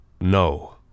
no